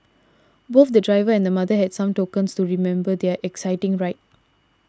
both the driver and mother had some tokens to remember their exciting ride